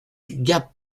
gap